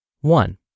One